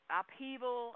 upheaval